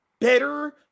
better